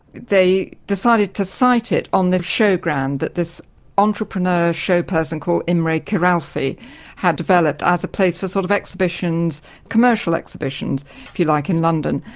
they decided to site it on the showground that this entrepreneur show person called imre kiralfy had developed as a place for sort of exhibitions commercial exhibitions, if you like in london.